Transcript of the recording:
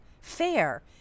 fair